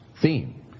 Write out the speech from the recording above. theme